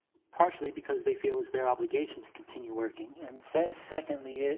partially because they feel is their obligation to continue working. and so secondly, ah